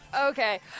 Okay